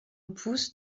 pousse